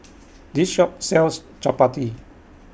This Shop sells Chapati